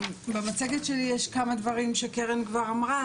במצגת שלי יש כמה דברים שקרן כבר אמרה,